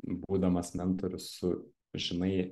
būdamas mentorius su žinai